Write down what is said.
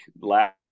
last